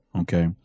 Okay